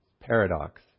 Paradox